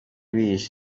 bihishe